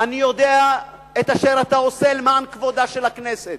אני יודע את אשר אתה עושה למען כבודה של הכנסת,